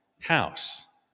house